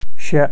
شےٚ